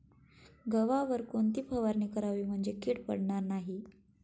गव्हावर कोणती फवारणी करावी म्हणजे कीड पडणार नाही?